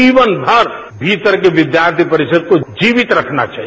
जीवनभर भीतर के विद्यार्थी को जीवित रखना चाहिए